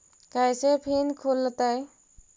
कैसे फिन खुल तय?